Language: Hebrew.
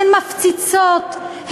הן מפציצות.